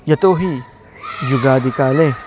यतोहि युगादिकाले